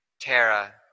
Tara